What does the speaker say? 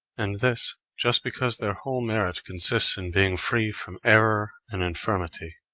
and this, just because their whole merit consists in being free from error and infirmity.